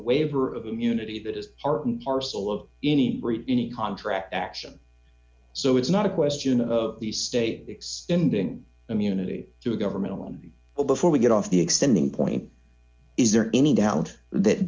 waiver of immunity that is part and parcel of any any contract action so it's not a question of the state extending immunity to a government on well before we get off the extending point is there any doubt that